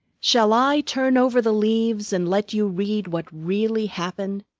shall i turn over the leaves and let you read what really happened?